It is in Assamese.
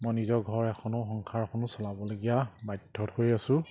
মই নিজৰ ঘৰ এখনো সংসাৰখনো চলাবলগীয়া বাধ্য হৈ আছোঁ